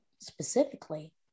specifically